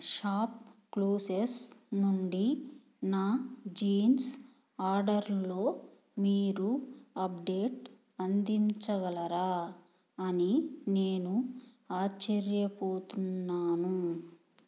షాప్క్లూస్స్ నుండి నా జీన్స్ ఆర్డర్లో మీరు అప్డేట్ అందించగలరా అని నేను ఆశ్చర్యపోతున్నాను